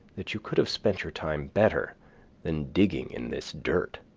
that you could have spent your time better than digging in this dirt.